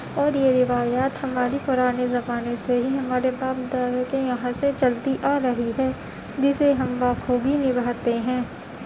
اور یہ روایات ہماری پرانے زمانے سے ہی ہمارے باپ دادا کے یہاں سے چلتی آ رہی ہی جسے ہم بخوبی نبھاتے ہیں